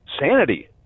sanity